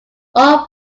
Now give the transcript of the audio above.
all